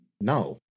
No